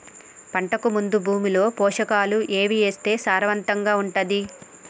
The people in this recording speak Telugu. పంటకు ముందు భూమిలో పోషకాలు ఏవి వేస్తే సారవంతంగా ఉంటది?